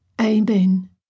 Amen